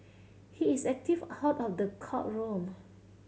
he is active out of the courtroom